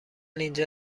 اینجا